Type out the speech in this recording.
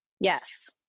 Yes